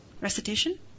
Recitation